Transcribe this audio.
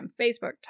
facebook